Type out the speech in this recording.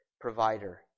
Provider